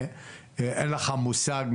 אין לך מושג,